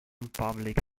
public